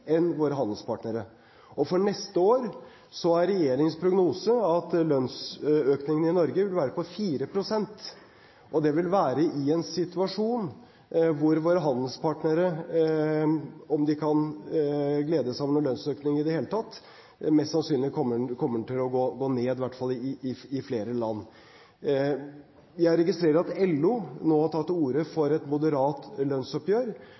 enn våre handelspartnere. For neste år er regjeringens prognose at lønnsøkningen i Norge vil være på 4 pst., og det vil være i en situasjon hvor våre handelspartnere – om de kan glede seg over noen lønnsøkning i det hele tatt – mest sannsynlig kommer til å gå ned i lønn, i hvert fall i flere land. Jeg registrerer at LO nå har tatt til orde for et moderat lønnsoppgjør.